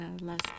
last